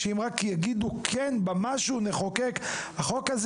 שאם רק יגידו "כן" במשהו אז נחוקק; אם החוק הזה